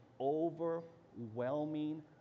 overwhelming